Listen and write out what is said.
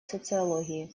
социологии